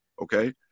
okay